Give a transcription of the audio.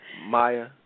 Maya